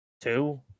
two